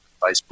Facebook